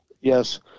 yes